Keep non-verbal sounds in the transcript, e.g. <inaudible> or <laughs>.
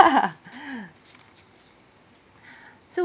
<laughs> <breath> so